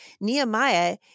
Nehemiah